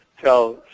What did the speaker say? tell